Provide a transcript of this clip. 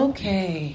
Okay